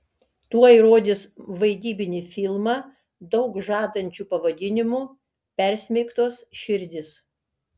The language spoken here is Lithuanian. tuoj rodys vaidybinį filmą daug žadančiu pavadinimu persmeigtos širdys